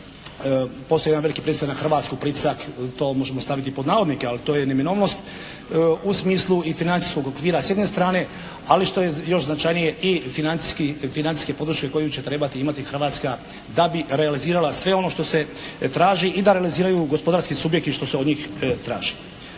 postoji jedan veliki pritisak na Hrvatsku, pritisak to možemo staviti pod navodnike ali to je neminovnost u smislu i financijskog okvira s jedne strane ali što je još značajnije i financijske podrške koju će trebati imati Hrvatska da bi realizirala sve ono što se traži i da realiziraju gospodarski subjekti što se od njih traži.